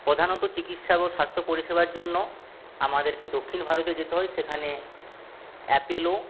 প্রধানত চিকিৎসা বা স্বাস্থ্য পরিষেবার জন্য আমাদেরকে দক্ষিণ ভারতে যেতে হয় সেখানে অ্যাপোলো